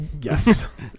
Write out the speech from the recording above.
yes